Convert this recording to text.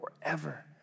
forever